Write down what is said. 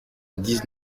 dix